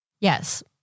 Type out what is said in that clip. Yes